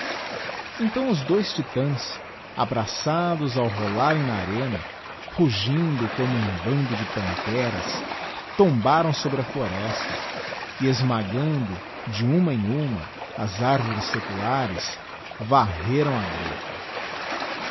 então os dois titans abraçados ao rolarem na arena rugindo como um bando de pantheras tombaram sobre a floresta e esmagando de uma em uma as arvores seculares varreram a grota